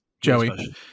Joey